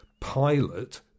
Pilot